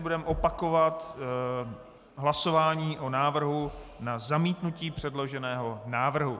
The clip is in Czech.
Budeme tedy opakovat hlasování o návrhu na zamítnutí předloženého návrhu.